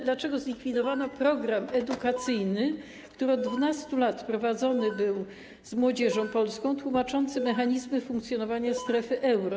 Dlaczego zlikwidowano program edukacyjny, który od 12 lat był prowadzony dla młodzieży polskiej, tłumaczący mechanizmy funkcjonowania strefy euro?